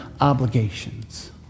obligations